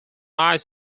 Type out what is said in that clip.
ice